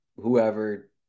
whoever